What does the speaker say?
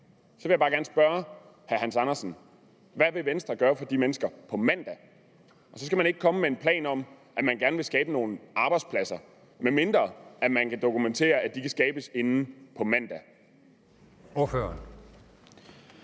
– vil jeg bare gerne spørge hr. Hans Andersen: Hvad vil Venstre gøre for de mennesker på mandag? Og så skal man ikke komme med en plan om, at man gerne vil skabe nogle arbejdspladser, medmindre man kan dokumentere, at de kan skabes inden på mandag.